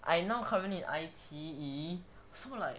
I now currently in I_T_E so like